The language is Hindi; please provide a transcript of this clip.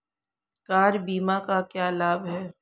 कार बीमा का क्या लाभ है?